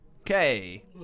Okay